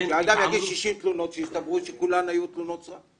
אדם יגיש 60 תלונות שיצטברו וכולן תהיינה תלונות סרק.